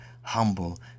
humble